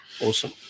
Awesome